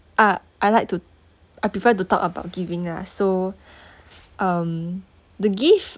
ah I like to I prefer to talk about giving ah so um the gift